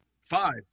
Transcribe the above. Five